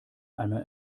einmal